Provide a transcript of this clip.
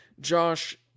Josh